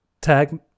tag